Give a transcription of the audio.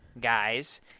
guys